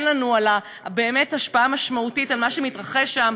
אין לנו באמת השפעה משמעותית על מה שמתרחש שם,